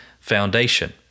foundation